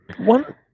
One